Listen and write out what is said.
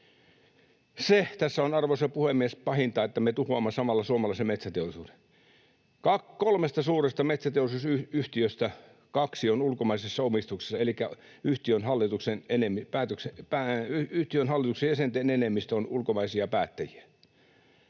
Se tässä on, arvoisa puhemies, pahinta, että me tuhoamme samalla suomalaisen metsäteollisuuden. Kolmesta suuresta metsäteollisuusyhtiöstä kaksi on ulkomaisessa omistuksessa, elikkä yhtiön hallituksen jäsenten enemmistö on ulkomaisia päättäjiä.